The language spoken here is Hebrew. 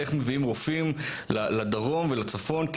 איך מביאים רופאים לדרום ולצפון,